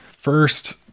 first